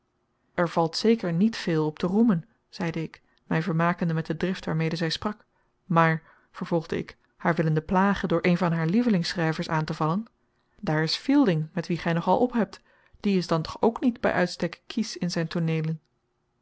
er valt zeker niet veel op te roemen zeide ik mij vermakende met de drift waarmede zij sprak maar vervolgde ik haar willende plagen door een van haar lievelingsschrijvers aan te vallen daar is fielding met wien gij nog al ophebt die is dan toch ook niet bij uitstek kiesch in zijn tooneelen